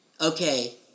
okay